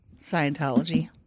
Scientology